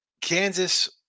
Kansas